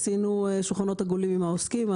עשינו שולחנות עגולים עם העוסקים.